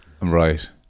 right